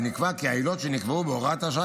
ונקבע כי העילות שנקבעו בהוראת השעה